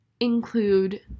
include